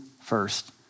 first